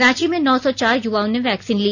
रांची में नौ सौ चार युवाओं ने वैक्सीन ली